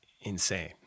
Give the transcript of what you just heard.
insane